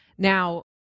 Now